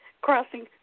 crossing